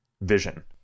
vision